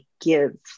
give